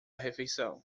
refeição